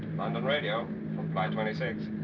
london radio from flight twenty six.